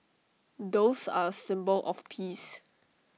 doves are A symbol of peace